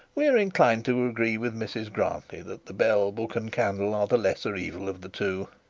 we are inclined to agree with mrs grantly that the bell, book, and candle are the lesser evil of the two.